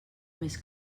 més